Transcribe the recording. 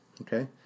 Okay